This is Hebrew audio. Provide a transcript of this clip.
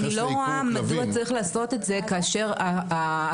אני לא רואה מדוע צריך לעשות את זה כאשר הצעת